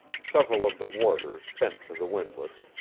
several of the warders bent to the windlass,